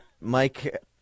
Mike